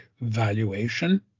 valuation